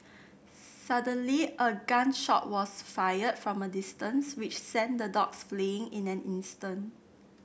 suddenly a gun shot was fired from a distance which sent the dogs fleeing in an instant